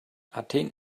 athen